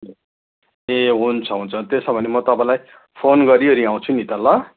ए हुन्छ हुन्छ त्यसो भने म तपाईँलाई फोन गरिवरी आउँछु नि त ल